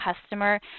customer